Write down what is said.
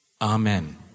Amen